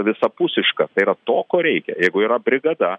visapusiška tai yra to ko reikia jeigu yra brigada